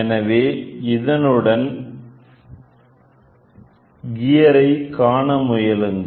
எனவே இதனுடன் கியரை ஐ காண முயலுங்கள்